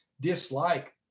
dislike